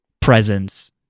presence